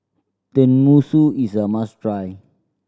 tenmusu is a must try